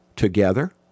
together